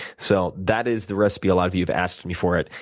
so that is the recipe, a lot of you have asked me for it.